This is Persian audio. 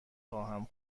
خواهم